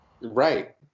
Right